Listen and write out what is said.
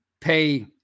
pay